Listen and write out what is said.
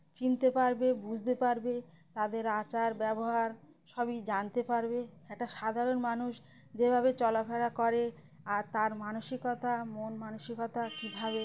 চিনতে পারবে বুঝতে পারবে তাদের আচার ব্যবহার সবই জানতে পারবে একটা সাধারণ মানুষ যেভাবে চলাফেরা করে আর তার মানসিকতা মন মানসিকতা কীভাবে